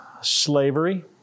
slavery